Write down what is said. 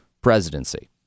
presidency